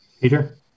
Peter